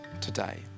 today